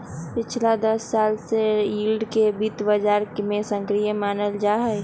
पिछला दस साल से यील्ड के वित्त बाजार में सक्रिय मानल जाहई